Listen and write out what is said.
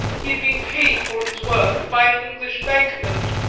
he had been paid for his work by an english bank note,